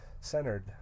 centered